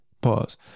Pause